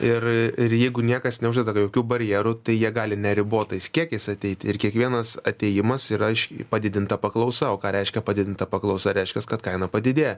ir ir jeigu niekas neuždeda jokių barjerų tai jie gali neribotais kiekiais ateiti ir kiekvienas atėjimas yra iš padidinta paklausa o ką reiškia padidinta paklausa reiškias kad kaina padidėja